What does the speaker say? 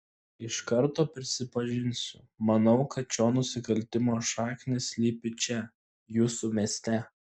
iš karto prisipažinsiu manau kad šio nusikaltimo šaknys slypi čia jūsų mieste